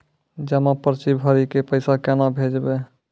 जमा पर्ची भरी के पैसा केना भेजबे?